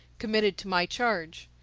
committed to my charge.